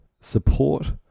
support